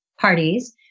parties